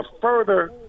further